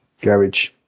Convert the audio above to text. garage